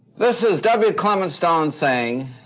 this is w. clement stone saying